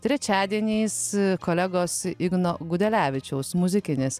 trečiadieniais kolegos igno gudelevičiaus muzikinis